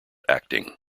acting